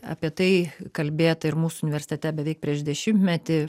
apie tai kalbėta ir mūsų universitete beveik prieš dešimtmetį